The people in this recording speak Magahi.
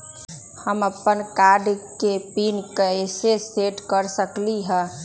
हम अपन कार्ड के पिन कैसे सेट कर सकली ह?